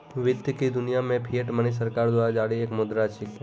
वित्त की दुनिया मे फिएट मनी सरकार द्वारा जारी एक मुद्रा छिकै